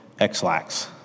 Xlax